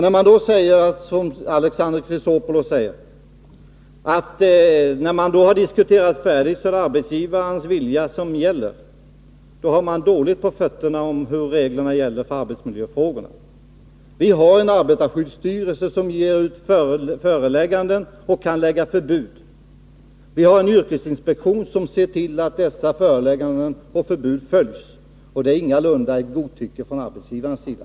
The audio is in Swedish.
När man säger som Alexander Chrisopoulos, att då det diskuterats färdigt är det arbetsgivarens vilja som gäller, har man dåligt på fötterna beträffande reglerna för arbetsmiljöfrågorna. Vi har en arbetarskyddsstyrelse som kommer med förelägganden och kan utfärda förbud. Vi har en yrkesinspektion som ser till att dessa förelägganden och förbud efterlevs. Det är ingalunda fråga om något godtycke från arbetsgivarens sida.